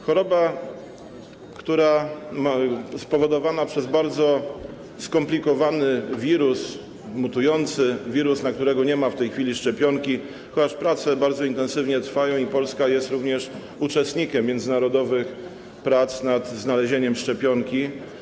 Choroba jest spowodowana przez bardzo skomplikowany wirus, mutujący wirus, na którego nie ma w tej chwili szczepionki, chociaż prace bardzo intensywnie trwają i Polska jest również uczestnikiem międzynarodowych prac nad znalezieniem szczepionki.